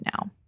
now